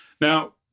Now